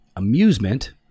Amusement